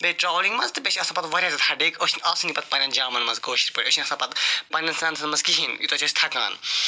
بیٚیہِ ٹرٛیولِنٛگ مَنٛز تہٕ بیٚیہِ چھ آسان پَتہٕ واریاہ زیادٕ ہیڈیک أسۍ چھِنہٕ آسٲنے پَتہٕ پنٛنٮ۪ن جامَن مَنٛز کٲشِرۍ پٲٹھۍ أسۍ چھِ نہٕ آسان پَتہٕ پنٛنٮ۪ن سٮ۪نسَن مَنٛز کِہیٖنۍ یوٗتاہ چھِ أسۍ تھَکان